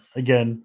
again